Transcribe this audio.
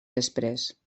després